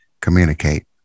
communicate